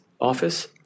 office